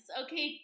okay